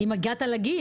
אם הגעת לגיל,